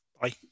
Bye